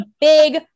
big